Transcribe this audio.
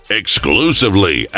exclusively